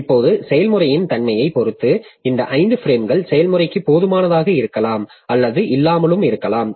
இப்போது செயல்முறையின் தன்மையைப் பொறுத்து இந்த 5 பிரேம்கள் செயல்முறைக்கு போதுமானதாக இருக்கலாம் அல்லது இல்லாமல் இருக்கலாம்